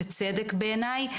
בצדק בעיניי,